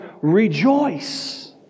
Rejoice